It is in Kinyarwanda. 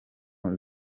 muri